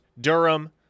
Durham